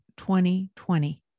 2020